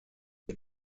die